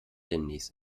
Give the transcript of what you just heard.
demnächst